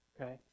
Okay